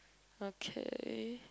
okay